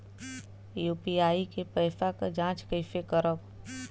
UPI के पैसा क जांच कइसे करब?